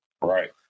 Right